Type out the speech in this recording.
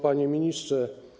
Panie Ministrze!